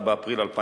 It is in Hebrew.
15 באפריל 2012,